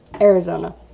Arizona